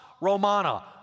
Romana